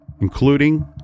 including